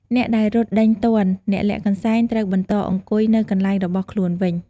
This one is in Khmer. អ្នកដែលរត់ដេញទាន់ អ្នកលាក់កន្សែងត្រូវបន្តអង្គុយនៅកន្លែងរបស់ខ្លួនវិញ។